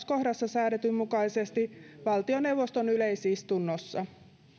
kohdassa säädetyn mukaisesti valtioneuvoston yleisistunnossa